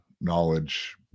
knowledge